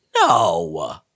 No